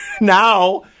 Now